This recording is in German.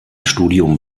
studium